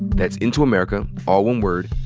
that's intoamerica, all one word,